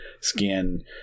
skin